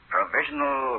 Provisional